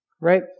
right